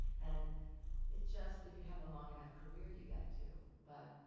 and it's just if you have a long enough career, you get to, but